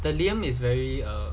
the liam is very um